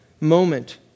moment